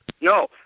No